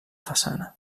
façana